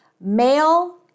male